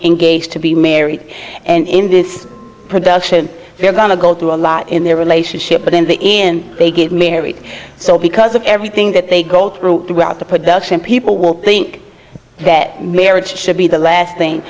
engaged to be married and in this production we're going to go through a lot in their relationship but in the end they get married so because of everything that they go through out the production people will think that marriage should be the last thing